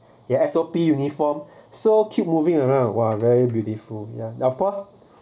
ya S_O_P uniform so cute moving around !wah! very beautiful ya of course